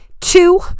Two